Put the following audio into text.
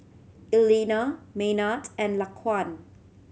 Eleanor Maynard and Laquan